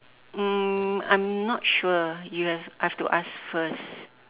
um I'm not sure you have I have to ask first